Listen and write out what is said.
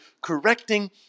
correcting